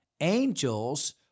Angels